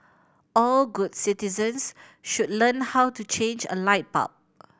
all good citizens should learn how to change a light bulb